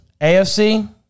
AFC